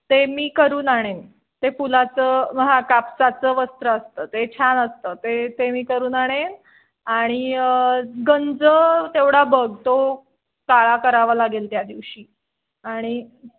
ते मी करून आणेन ते फुलाचं हां कापसाचं वस्त्र असतं ते छान असतं ते ते मी करून आणेन आणि गंज तेवढा बघ तो काळा करावा लागेल त्या दिवशी आणि